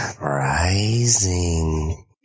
rising